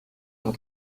und